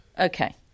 Okay